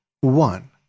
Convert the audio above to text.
one